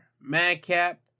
Madcap